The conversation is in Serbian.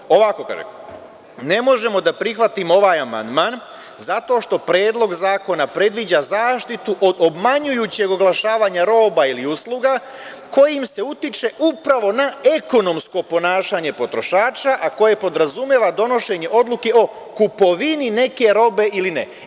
Kaže ovako – ne možemo da prihvatimo ovaj amandman zato što Predlog zakona predviđa zaštitu od obmanjujućeg oglašavanja roba ili usluga kojim se utiče upravo na ekonomsko ponašanje potrošača, a koje podrazumeva donošenje odluke o kupovini neke robe ili ne.